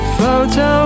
photo